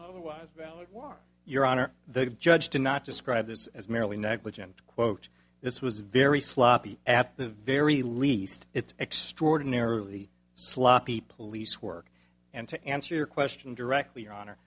overwise valid was your honor the judge did not describe this as merely negligent quote this was very sloppy at the very least it's extraordinarily sloppy police work and to answer your question directly your honor